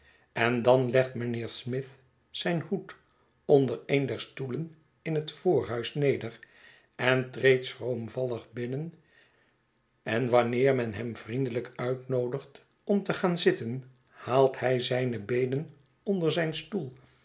en dan legt mijnheer smith zijn hoed onder een der stoelen in het voorhuis neder en treedt schroomvallig binnen en wanneer men hem vriendeujk uitnoodigt om te gaan zitten haalt hij zijne beenen onder zijn stoel